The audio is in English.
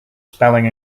spelling